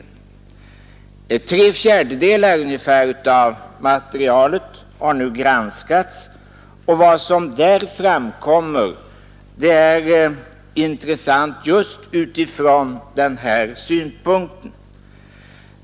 Ungefär tre fjärdedelar av materialet har nu granskats, och vad som där framkommer är intressant just utifrån den här synpunkten.